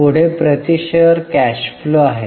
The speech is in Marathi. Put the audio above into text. पुढे प्रति शेअर कॅश फ्लो आहे